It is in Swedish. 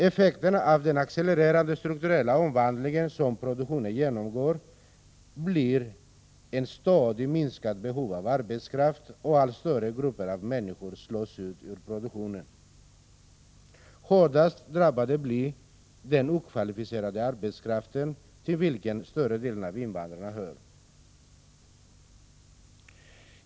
Effekterna av den accelererande strukturella omvandling, som produktionen genomgår, blir ett stadigt minskat behov av arbetskraft och att allt större grupper av människor slås ut ur produktionen. Hårdast drabbad blir den okvalificerade arbetskraften, till vilken större delen av invandrarna hör.